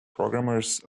programmers